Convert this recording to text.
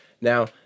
Now